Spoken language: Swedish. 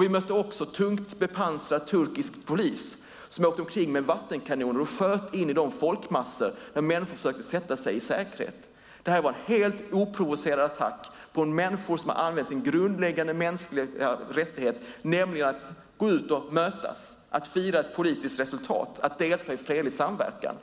Vi möttes också av tungt bepansrad turkisk polis som åkte omkring med vattenkanoner och sköt in i de folkmassor som försökte sätta sig i säkerhet. Det här var en helt oprovocerad attack på människor som hade använt sin grundläggande mänskliga rättighet, nämligen att gå ut och mötas, att fira ett politiskt resultat och delta i fredlig samverkan.